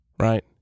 Right